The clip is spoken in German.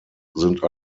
sind